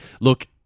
look